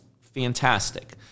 fantastic